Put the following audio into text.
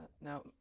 Now